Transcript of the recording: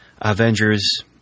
Avengers